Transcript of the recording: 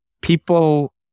people